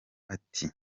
ati